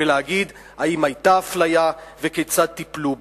ולהגיד אם היתה אפליה וכיצד טיפלו בה.